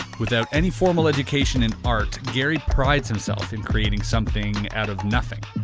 without any formal education in art, gary prides himself in creating something out of nothing.